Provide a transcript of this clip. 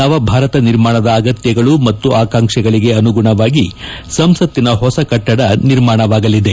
ನವಭಾರತ ನಿರ್ಮಾಣದ ಅಗತ್ತಗಳು ಮತ್ತು ಆಕಾಂಕ್ಷೆಗಳಿಗೆ ಅನುಗುಣವಾಗಿ ಸಂಸತ್ತಿನ ಹೊಸ ಕಟ್ಟಡ ನಿರ್ಮಾಣವಾಗಲಿದೆ